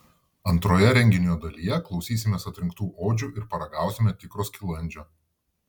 antroje renginio dalyje klausysimės atrinktų odžių ir paragausime tikro skilandžio